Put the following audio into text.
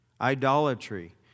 Idolatry